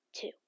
two